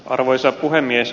arvoisa puhemies